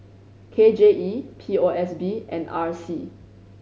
K J E P O S B and R C